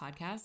podcast